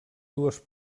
dues